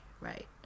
right